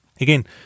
Again